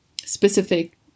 specific